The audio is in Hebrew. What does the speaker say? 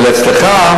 ואצלך,